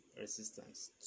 resistance